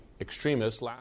extremists